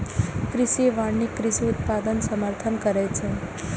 कृषि वानिकी कृषि उत्पादनक समर्थन करै छै